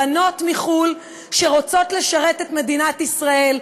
בנות מחו"ל שרוצות לשרת במדינת ישראל,